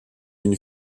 une